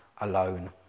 alone